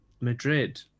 madrid